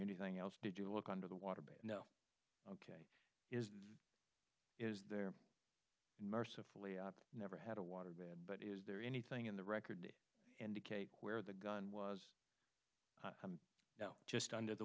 anything else did you look under the water but no it is is there in mercifully i never had a waterbed but is there anything in the record indicate where the gun was now just under the